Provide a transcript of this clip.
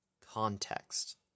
context